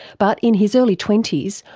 but in his early twenty s,